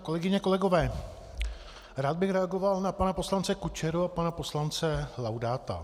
Kolegyně, kolegové, rád bych reagoval na pana poslance Kučeru a pana poslance Laudáta.